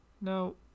now